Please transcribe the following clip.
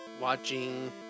watching